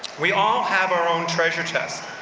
we all have our own treasure chests.